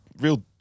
real